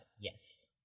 yes